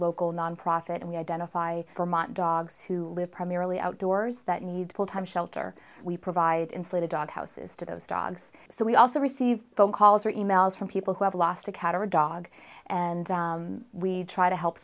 local nonprofit and we identify vermont dogs who live primarily outdoors that need full time shelter we provide insulated doghouses to those dogs so we also receive phone calls or e mails from people who have lost a cat or a dog and we try to help